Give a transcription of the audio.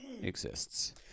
exists